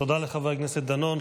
תודה לחבר הכנסת דנון.